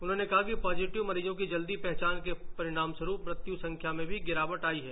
उन्होंने कहा कि पाजीटिव मरीजों की जल्दी पहचान के परिणाम स्वरूप मृत्यू संख्या में गिरावट आई है